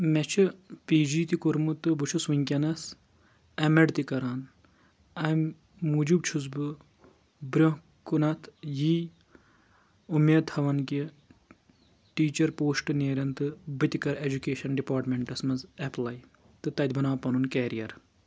مےٚ چھِ P G تہِ کوٚرمُت تہٕ بہٕ چھُس وٕنکیٚنَس ایٚم ایٚڈ تہِ کَران اَمہِ موٗجوٗب چھُس بہٕ برونٛہہ کُنَتھ یی اُمَید تھاوَان کہِ ٹیٖچَر پوسٹ نیرن تہٕ بہٕ تہِ کَرٕ ایٚجُکیشَن ڈپاٹمنٹَس منٛز ایٚپلاے تہٕ تَتہِ بَناو پَنُن کَیٚریَر